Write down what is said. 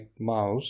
mouse